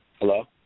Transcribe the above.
Hello